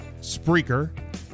Spreaker